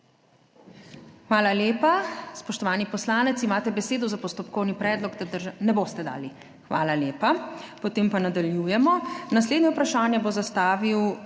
Hvala lepa. Spoštovani poslanec, imate besedo za postopkovni predlog, da Drža… Ne boste dali? Hvala lepa, potem pa nadaljujemo. Naslednje vprašanje bo zastavil